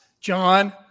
John